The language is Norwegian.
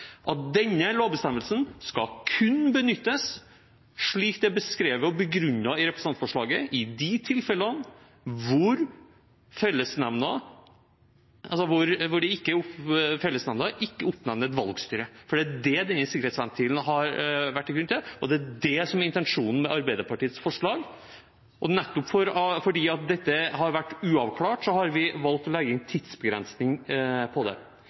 at denne lovbestemmelsen kun skal benyttes slik det er beskrevet og begrunnet i representantforslaget: i de tilfellene hvor fellesnemnda ikke oppnevner et valgstyre. For det er det denne sikkerhetsventilen har vært en grunn til, og det er det som er intensjonen med Arbeiderpartiets forslag. Og nettopp fordi dette har vært uavklart, har vi valgt å legge inn en tidsbegrensning på det.